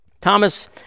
Thomas